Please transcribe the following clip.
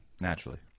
Naturally